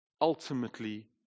ultimately